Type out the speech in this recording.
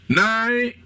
nine